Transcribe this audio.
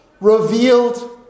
revealed